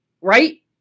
Right